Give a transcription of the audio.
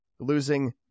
losing